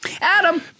Adam